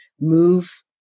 move